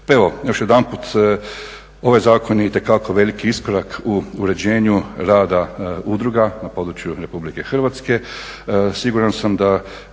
evo, još jedanput ovaj zakon je itekako veliki iskorak u uređenju rada udruga na području Republike Hrvatske. Siguran sam da